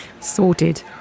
Sorted